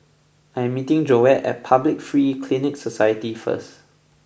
I am meeting Joette at Public Free Clinic Society first